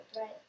right